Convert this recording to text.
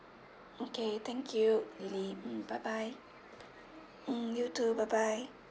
okay thank you lily mm bye bye mm you too bye bye